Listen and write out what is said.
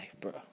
bro